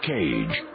Cage